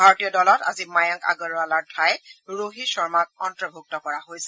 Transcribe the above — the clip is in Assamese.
ভাৰতীয় দলত আজি মায়ংক আগৰৱালাৰ ঠাইত ৰোহিত শৰ্মাক অন্তৰ্ভূক্ত কৰা হৈছে